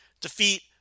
defeat